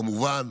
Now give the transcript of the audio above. כמובן,